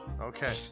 Okay